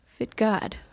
FitGod